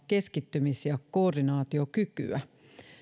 keskittymis ja koordinaatiokykyä